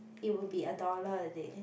it would be a dollar a day